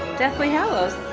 deathly hallows.